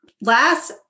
Last